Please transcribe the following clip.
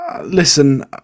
Listen